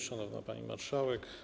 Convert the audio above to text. Szanowna Pani Marszałek!